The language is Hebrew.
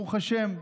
ברוך השם.